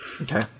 Okay